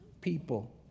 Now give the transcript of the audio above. people